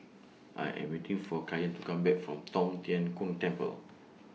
I Am waiting For Kyan to Come Back from Tong Tien Kung Temple